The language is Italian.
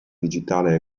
digitale